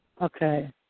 Okay